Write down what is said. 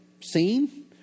seen